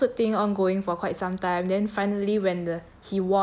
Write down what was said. had the lawsuit thing ongoing for quite some time then finally when the